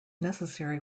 necessary